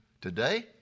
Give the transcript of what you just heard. Today